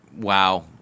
wow